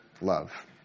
love